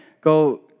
go